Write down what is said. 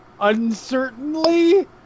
uncertainly